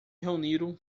reuniram